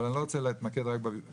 אבל אני לא רוצה להתמקד רק בביטוח,